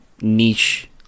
niche